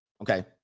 Okay